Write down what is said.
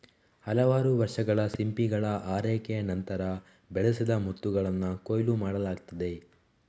ಹಲವಾರು ವರ್ಷಗಳ ಸಿಂಪಿಗಳ ಆರೈಕೆಯ ನಂತರ, ಬೆಳೆಸಿದ ಮುತ್ತುಗಳನ್ನ ಕೊಯ್ಲು ಮಾಡಲಾಗ್ತದೆ